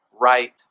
right